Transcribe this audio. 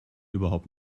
überhaupt